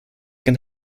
can